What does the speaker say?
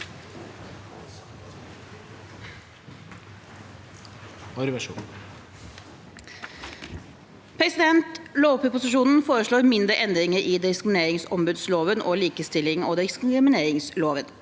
sa- ken): Lovproposisjonen foreslår mindre endringer i diskrimineringsombudsloven og likestillings- og diskrimineringsloven.